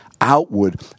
Outward